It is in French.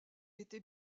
était